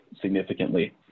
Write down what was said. significantly